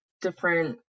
different